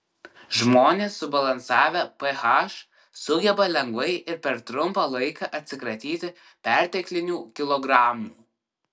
žmonės subalansavę ph sugeba lengvai ir per trumpą laiką atsikratyti perteklinių kilogramų